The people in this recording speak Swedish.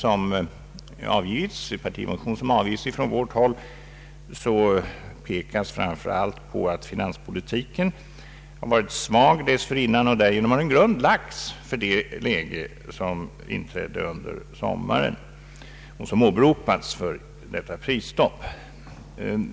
I den partimotion som avgetts från vårt håll pekas framför allt på att finanspolitiken varit svag, och därigenom har en grund lagts för det läge som inträdde under sommaren och som åberopats för detta prisstopp.